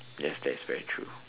yes that's very true